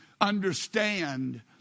understand